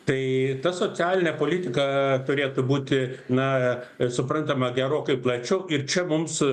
tai ta socialinė politika turėtų būti na ir suprantama gerokai plačiau ir čia mums